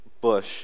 bush